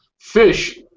Fish